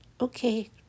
Okay